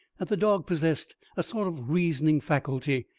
that the dog possessed a sort of reasoning faculty,